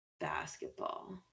basketball